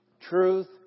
Truth